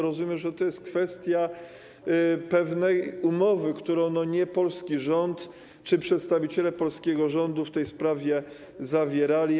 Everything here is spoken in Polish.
Rozumiem, że to jest kwestia pewnej umowy, którą nie polski rząd czy przedstawiciele polskiego rządu w tej sprawie zawierali.